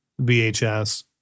VHS